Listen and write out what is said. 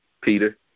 Peter